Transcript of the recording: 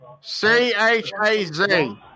c-h-a-z